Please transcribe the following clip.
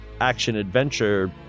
action-adventure